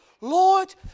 Lord